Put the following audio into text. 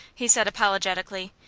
he said, apologetically.